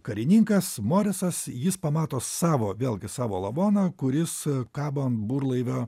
karininkas morisas jis pamato savo vėlgi savo lavoną kuris kaba ant burlaivio